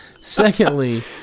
secondly